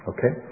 Okay